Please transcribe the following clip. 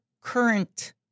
current